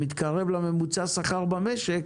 מתקרב לשכר הממוצע במשק,